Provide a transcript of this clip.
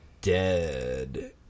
dead